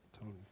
Tony